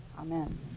Amen